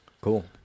cool